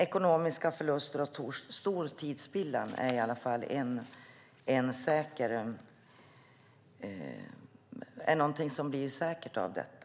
Ekonomiska förluster och stor tidsspillan är i alla fall någonting som det säkert blir av detta.